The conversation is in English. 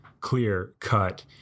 clear-cut